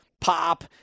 pop